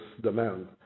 demand